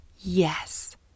Yes